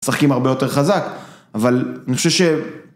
‫משחקים הרבה יותר חזק, ‫אבל אני חושב ש...